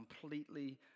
completely